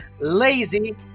Lazy